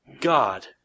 God